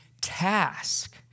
task